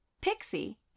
Pixie